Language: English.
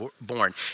born